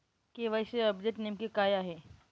KYC update नेमके काय आहे?